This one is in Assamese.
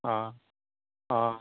অ' অ'